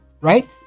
right